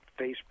Facebook